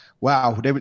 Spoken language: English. Wow